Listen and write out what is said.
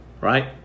Right